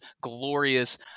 glorious